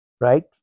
right